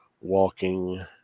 walking